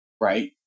Right